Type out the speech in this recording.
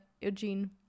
Eugene